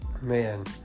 man